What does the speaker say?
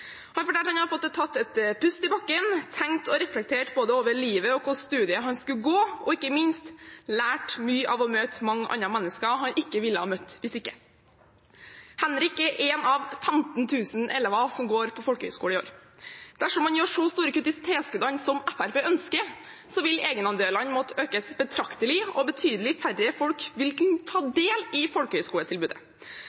Han fortalte at han hadde fått tatt en pust i bakken, tenkt og reflektert, både over livet og hvilke studier han skulle ta, og ikke minst lært mye av å møte mange andre mennesker han ikke ellers ville møtt. Henrik er en av 15 000 elever som går på folkehøyskole i år. Dersom man gjør så store kutt i tilskuddene som Fremskrittspartiet ønsker, vil egenandelene måtte økes betraktelig, og betydelig færre folk vil kunne ta